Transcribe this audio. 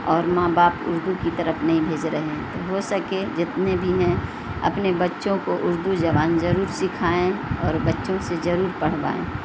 اور ماں باپ اردو کی طرف نہیں بھیج رہے ہیں تو ہو سکے جتنے بھی ہیں اپنے بچوں کو اردو زبان ضرور سکھائیں اور بچوں سے ضرور پڑھوائیں